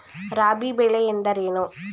ರಾಬಿ ಬೆಳೆ ಎಂದರೇನು?